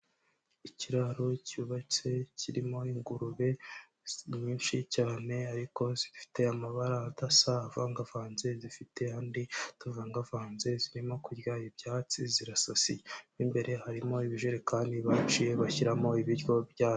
Ikiraro cyubatse kirimo ingurube nyinshi cyane ariko zifite amabara adasa avangavanze zifite andi atavangavanze zirimo kurya ibyatsi zirasasiye, mo imbere harimo ibijerekani baciye bashyiramo ibiryo byazo.